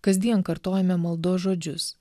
kasdien kartojame maldos žodžius